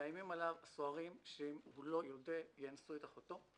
מאיימים עליו הסוהרים שאם הוא לא יודה יאנסו את אחותו.